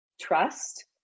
trust